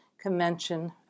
Convention